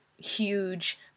huge